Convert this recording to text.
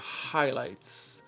highlights